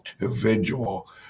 individual